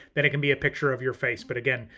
then it can be a picture of your face. but again,